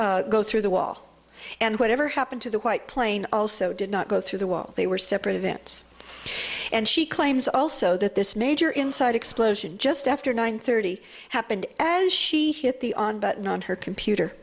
not go through the wall and whatever happened to the white plane also did not go through the wall they were separate events and she claims also that this major inside explosion just after nine thirty happened as she hit the on button on her computer